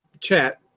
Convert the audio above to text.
chat